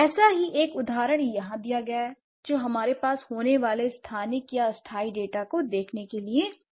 ऐसा ही एक उदाहरण यहाँ दिया गया है जो हमारे पास होने वाले स्थानिक या अस्थायी डेटा को देखने के लिए है